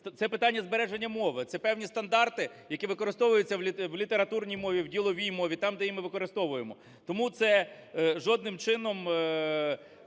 це питання збереження мови, це певні стандарти, які використовуються в літературній мові, в діловій мові, там, де ми використовуємо. Тому це жодним чином